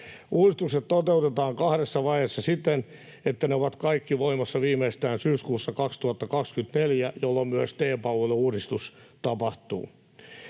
Uudistukset toteutetaan kahdessa vaiheessa siten, että ne ovat kaikki voimassa viimeistään syyskuussa 2024, jolloin myös TE-palvelu-uudistus tapahtuu.